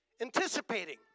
anticipating